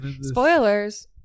Spoilers